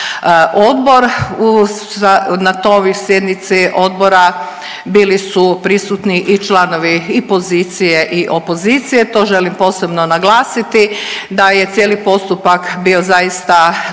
odbor, na toj sjednici odbora bili su prisutni i članovi i pozicije i opozicije, to želim posebno naglasiti, da je cijeli postupak bio zaista temeljit